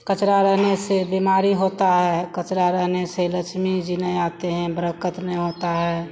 क़चरा रहने से बीमारी होती है क़चरा रहने से लक्ष्मी जी नहीं आती हैं बरक़त नहीं होती है